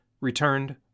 returned